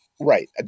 Right